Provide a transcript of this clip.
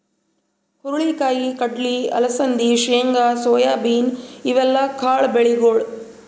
ಹುರಳಿ ಕಾಯಿ, ಕಡ್ಲಿ, ಅಲಸಂದಿ, ಶೇಂಗಾ, ಸೋಯಾಬೀನ್ ಇವೆಲ್ಲ ಕಾಳ್ ಬೆಳಿಗೊಳ್